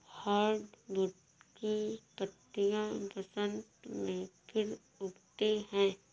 hardwood की पत्तियां बसन्त में फिर उगती हैं